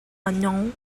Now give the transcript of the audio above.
unknown